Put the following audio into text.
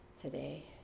today